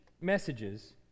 messages